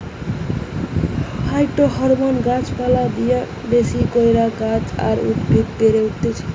phytohormone গাছ পালায় দিলা বেশি কইরা গাছ আর উদ্ভিদ বেড়ে উঠতিছে